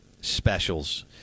specials